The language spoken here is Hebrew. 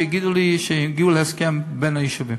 שיגידו לי שהם הגיעו להסכם בין היישובים.